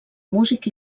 músic